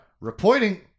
Reporting